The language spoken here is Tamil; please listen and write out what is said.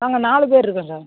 நாங்கள் நாலு பேர் இருக்கோம் சார்